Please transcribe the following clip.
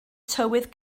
tywydd